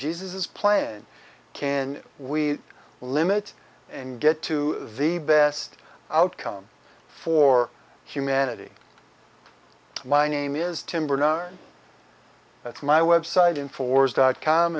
jesus plan can we limit and get to the best outcome for humanity my name is tim bernard that's my website in force dot com